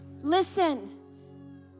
Listen